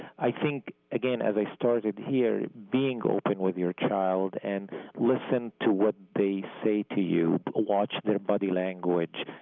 i think again as i started here being open with your child and listen to what they say to you, ah watch their body language,